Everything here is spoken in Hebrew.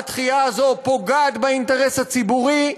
הדחייה הזו פוגעת באינטרס הציבורי,